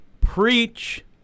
Preach